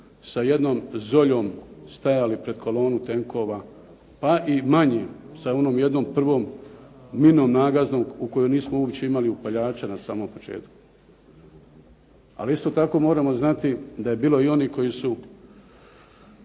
sa jednom zoljom stajali pred kolonom tenkova. Pa i manji sa onom jednom prvom minom nagaznom u kojoj nismo uopće imali upaljača na samom početku. Ali isto tako moramo znati da je bilo i onih koji su